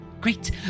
Great